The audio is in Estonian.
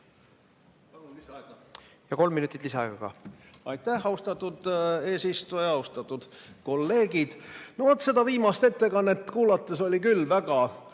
ka. Kolm minutit lisaaega ka. Aitäh, austatud eesistuja! Austatud kolleegid! Vot seda viimast ettekannet kuulates oli küll väga